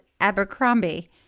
Abercrombie